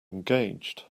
engaged